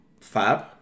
Fab